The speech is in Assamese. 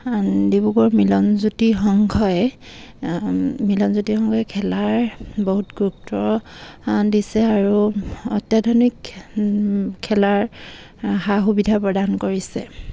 ডিব্ৰুগড় মিলনজ্যোতি সংঘই মিলনজ্যোতি সংঘই খেলাৰ বহুত গুৰুত্ব দিছে আৰু অত্যাধুনিক খেলাৰ সা সুবিধা প্ৰদান কৰিছে